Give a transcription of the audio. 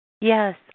yes